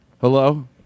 Hello